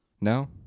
No